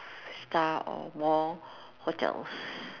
star or more hotels